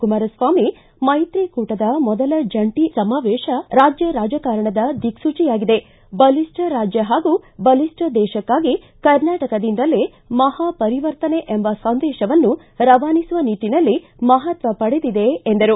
ಕುಮಾರಸ್ವಾಮಿ ಮೈತ್ರಿಕೂಟದ ಮೊದಲ ಜಂಟಿ ಸಮಾವೇಶ ರಾಜ್ಯ ರಾಜಕಾರಣದ ದಿಕ್ಲೂಚಿಯಾಗಿದೆ ಬಲಿಷ್ಠ ರಾಜ್ಯ ಹಾಗೂ ಬಲಿಷ್ಠ ದೇಶಕ್ಕಾಗಿ ಕರ್ನಾಟಕದಿಂದಲೇ ಮಹಾಪರಿವರ್ತನೆ ಎಂಬ ಸಂದೇಶವನ್ನು ರವಾನಿಸುವ ನಿಟ್ಟಿನಲ್ಲಿ ಮಪತ್ತ ಪಡೆದಿದೆ ಎಂದರು